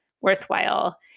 worthwhile